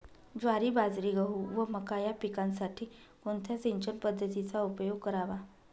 ज्वारी, बाजरी, गहू व मका या पिकांसाठी कोणत्या सिंचन पद्धतीचा उपयोग करावा?